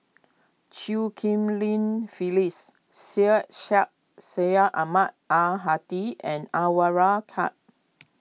Chew Ghim Lin Phyllis Syed Sheikh Syed Ahmad Al Hadi and Anwarul Ka